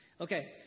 Okay